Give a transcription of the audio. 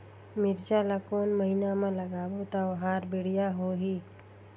मिरचा ला कोन महीना मा लगाबो ता ओहार बेडिया होही?